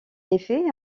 effet